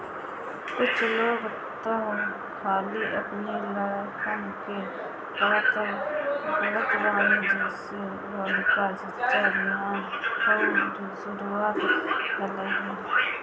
कुछ लोग तअ खाली अपनी लड़कन के पढ़ावत बाने जेसे बालिका शिक्षा अभियान कअ शुरुआत भईल